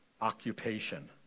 occupation